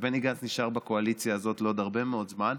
ובני גנץ נשאר בקואליציה הזאת לעוד הרבה מאוד זמן.